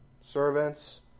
servants